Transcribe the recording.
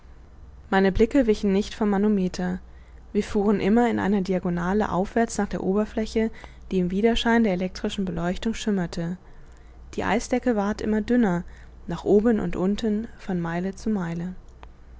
meine blicke wichen nicht vom manometer wir fuhren immer in einer diagonale aufwärts nach der oberfläche die im widerschein der elektrischen beleuchtung schimmerte die eisdecke ward immer dünner nach oben und unten von meile zu